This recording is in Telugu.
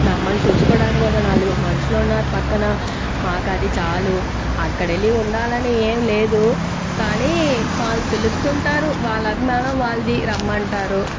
మమ్మల్ని చూసుకోడానికి ఒక నలుగురు మనుషులు ఉన్నారు పక్కన మాకది చాలు అక్కడెళ్లి ఉండాలని ఏంలేదు కాని వాళ్ళు పిలుస్తుంటారు వాళ్ళు అభిమానం వాళ్లది రమ్మంటారు